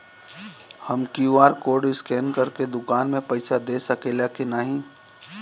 हम QR code scan करके दुकान में पईसा दे सकेला की नाहीं?